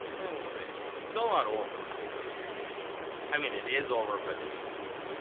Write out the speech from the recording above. and we'll see it's still not over for sure i mean it is over but is it over